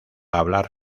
hablar